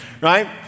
right